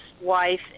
wife